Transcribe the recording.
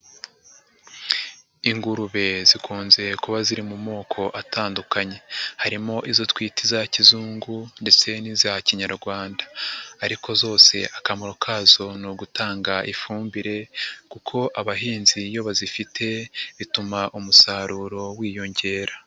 Ingurube zikunze kuba ziri mu moko atandukanye. Harimo izo twita iza kizungu ndetse n'iza kinyarwanda ariko zose akamaro kazo ni ugutanga ifumbire kuko abahinzi iyo bazifite, bituma umusaruro wiyongera.